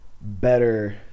better